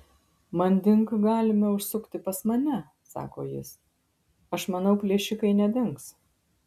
manding galime užsukti pas mane sako jis aš manau plėšikai nedings